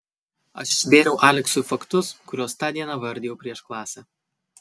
aš išbėriau aleksui faktus kuriuos tą dieną vardijau prieš klasę